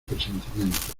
presentimiento